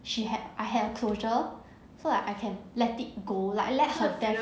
she had I have closure so like I can let it go like let her death